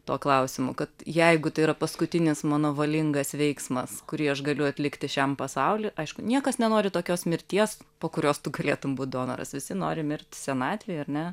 tuo klausimo kad jeigu tai yra paskutinis mano valingas veiksmas kurį aš galiu atlikti šiam pasauly aišku niekas nenori tokios mirties po kurios tu galėtum būt donoras visi nori mirt senatvėj ar ne